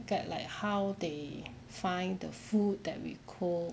get like how they find the food that we cook